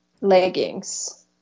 leggings